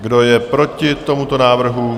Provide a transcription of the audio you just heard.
Kdo je proti tomuto návrhu?